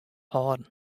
hâlden